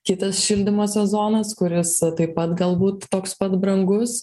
kitas šildymo sezonas kuris taip pat galbūt toks pat brangus